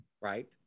right